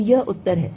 तो यह उत्तर है